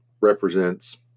represents